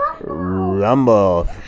rumble